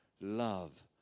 love